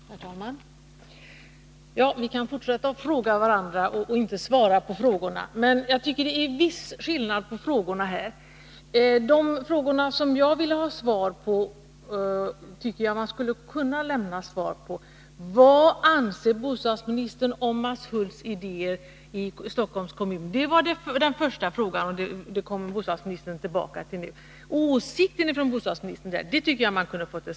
Herr talman! Vi kan fortsätta att fråga varandra och inte svara på frågorna. Men jag tycker att det här är en viss skillnad på frågorna. De frågor som jag ville ha svar på tycker jag att man skulle kunna lämna ett svar på. Min första fråga var: Vad anser bostadsministern om Mats Hulths idéer i Stockholms kommun? Den frågan kom bostadsministern tillbaka till nu. Jag tycker att man här borde kunna få veta bostadsministerns åsikt.